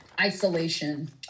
isolation